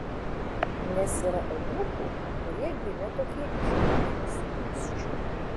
nes yra eunuchų kurie gimė tokie iš motinos įsčių